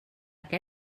què